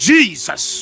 Jesus